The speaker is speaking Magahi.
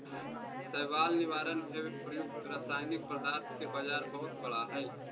शैवाल निवारण हेव प्रयुक्त रसायनिक पदार्थ के बाजार बहुत बड़ा हई